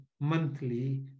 monthly